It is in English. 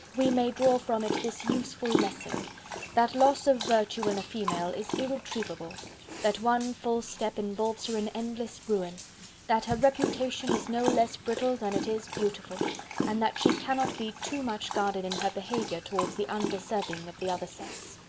we may draw from it this useful lesson that loss of virtue in a female is irretrievable that one false step involves her in endless ruin that her reputation is no less brittle than it is beautiful and that she cannot be too much guarded in her behaviour towards the undeserving of the other sex.